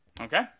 Okay